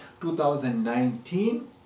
2019